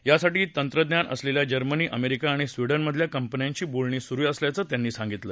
यासाठीचं तंत्रज्ञान असलेल्या जर्मनी अमेरिका आणि स्वीडनमधल्या कंपन्यांशी बोलणी सुरु असल्याचं त्यांनी सांगितलं